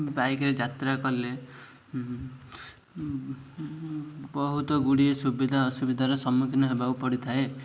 ବାଇକ୍ରେ ଯାତ୍ରା କଲେ ବହୁତ ଗୁଡ଼ିଏ ସୁବିଧା ଅସୁବିଧାର ସମ୍ମୁଖୀନ ହେବାକୁ ପଡ଼ିଥାଏ